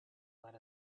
let